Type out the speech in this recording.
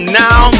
now